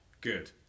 Good